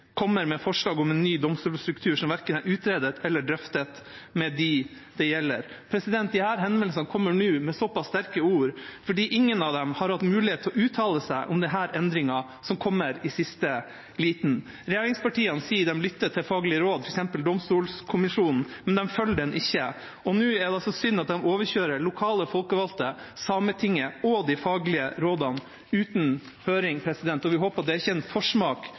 kommer med forslag om en ny domstolstruktur som verken er utredet eller drøftet med dem det gjelder. Disse henvendelsene kommer nå med såpass sterke ord fordi ingen av dem har hatt mulighet til å uttale seg om denne endringen, som kommer i siste liten. Regjeringen sier de lytter til faglige råd, f.eks. fra domstolkommisjonen, men de følger dem ikke. Nå er det altså sånn at de overkjører lokale folkevalgte, Sametinget og de faglige rådene uten høring. Vi håper det ikke er en forsmak